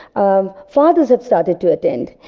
um fathers have started to attend.